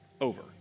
over